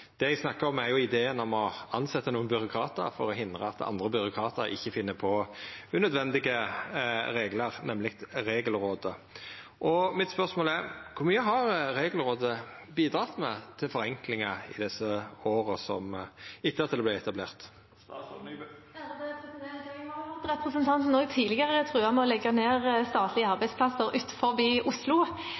Det eg snakkar om, er ideen om å tilsetja nokre byråkratar for å hindra at andre byråkratar ikkje finn på unødvendige reglar, nemleg Regelrådet. Spørsmålet mitt er: Kor mykje har Regelrådet bidratt med til forenklingar i åra etter at det vart etablert? Jeg har hørt representanten tidligere snakke om å legge ned statlige arbeidsplasser utenfor Oslo.